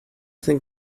think